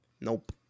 Nope